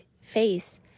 face